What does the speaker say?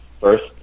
first